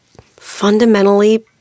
fundamentally